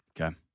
Okay